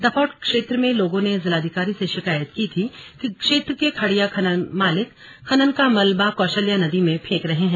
दफौट क्षेत्र के लोगों ने जिलाधिकारी से शिकायत की थी कि क्षेत्र के खड़िया खनन मालिक खनन का मलबा कौशल्या नदी में फेंक रहे हैं